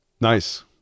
Nice